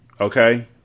Okay